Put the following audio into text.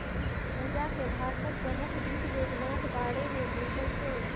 पूजाकेँ भारतक प्रमुख वित्त योजनाक बारेमे बुझल छै